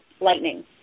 lightning